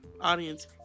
Audience